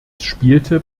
spielte